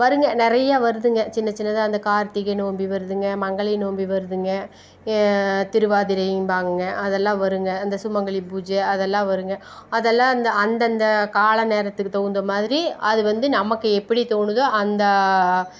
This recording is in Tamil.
வருங்க நிறைய வருதுங்க சின்ன சின்னதாக அந்த கார்த்திகை நோம்பி வருதுங்க மங்கலி நோம்பி வருதுங்க திருவாதிரைபாங்கங்க அதெல்லாம் வருங்க அந்த சுமங்கலி பூஜை அதெல்லாம் வருங்க அதெல்லாம் அந்த அந்தந்த கால நேரத்துக்கு தகுந்த மாதிரி அது வந்து நமக்கு எப்படி தோணுதோ அந்த